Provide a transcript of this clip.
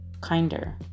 kinder